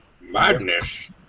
Madness